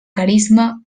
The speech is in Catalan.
carisma